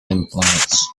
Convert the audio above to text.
influence